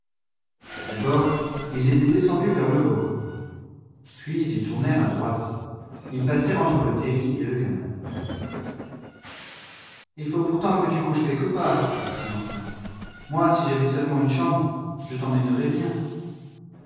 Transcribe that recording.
d'abord ils étaient descendus vers le voreux puis ils tournèrent à droite ils passèrent entre le terri et le canal il faut pourtant que tu couches quelque part dit-il enfin moi si j'avais seulement une chambre je t'emmènerais bien